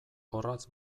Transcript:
orratz